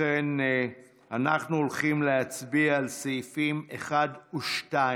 אנחנו מצביעים על סעיפים 1 ו-2